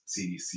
CDC